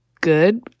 good